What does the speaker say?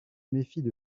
méfient